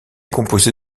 composé